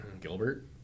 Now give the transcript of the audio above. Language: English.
Gilbert